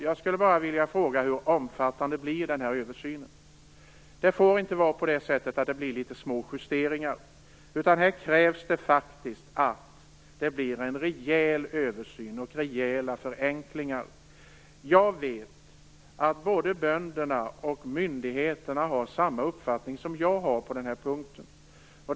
Jag skulle bara vilja fråga hur omfattande denna översyn blir. Det får inte bli på det sättet att det bara blir små justeringar. Här krävs det faktiskt att det blir en rejäl översyn och rejäla förenklingar. Jag vet att både bönderna och myndigheterna har samma uppfattning som jag har på denna punkt.